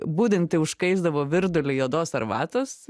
budinti užkaisdavo virdulį juodos arbatos